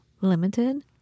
limited